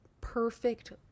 perfect